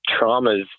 traumas